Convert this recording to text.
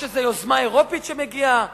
יש איזו יוזמה אירופית שמגיעה,